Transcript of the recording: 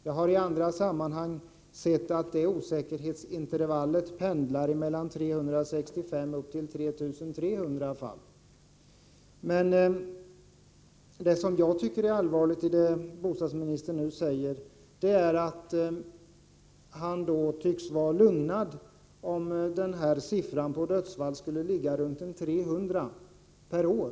Jag har i andra sammanhang sett att detta osäkerhetsintervall pendlar mellan 365 och 3 300 fall. Det oroande i det bostadsministern nu säger är att han tycks vara lugnad om siffran för dödsfall ligger runt 300 per år.